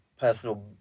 personal